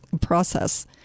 process